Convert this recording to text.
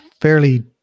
fairly